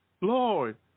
Lord